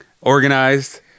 organized